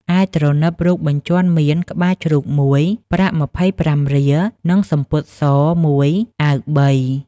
ឯទ្រនឹបរូបបញ្ជាន់មាន ក្បាលជ្រូក ១ ប្រាក់ ២៥រៀល និងសំពត់ស ១អាវ3 ។